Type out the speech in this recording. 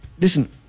listen